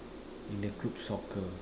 in a group soccer